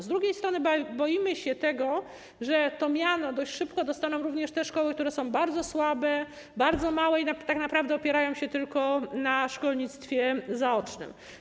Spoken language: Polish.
Z drugiej strony boimy się tego, że to miano dość szybko dostaną również te szkoły, które są bardzo słabe, bardzo małe i tak naprawdę opierają się tylko na szkolnictwie zaocznym.